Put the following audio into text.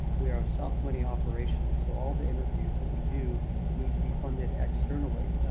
we are soft-money operations, so all the interviews that we do need to be funded externally.